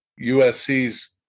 USC's